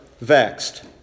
vexed